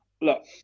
look